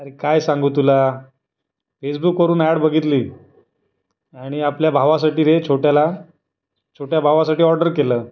अरे काय सांगू तुला फेसबुकवरून ॲड बगितली आणि आपल्या भावासाठी रे छोट्याला छोट्या भावासाठी ऑर्डर केलं